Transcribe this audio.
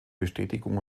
bestätigung